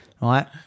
right